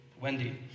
Wendy